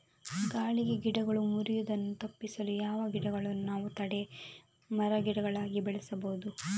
ಗಾಳಿಗೆ ಗಿಡಗಳು ಮುರಿಯುದನ್ನು ತಪಿಸಲು ಯಾವ ಗಿಡಗಳನ್ನು ನಾವು ತಡೆ ಮರ, ಗಿಡಗಳಾಗಿ ಬೆಳಸಬಹುದು?